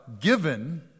given